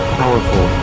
powerful